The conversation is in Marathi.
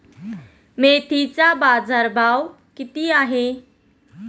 मेथीचा बाजारभाव किती आहे?